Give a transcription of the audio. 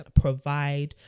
provide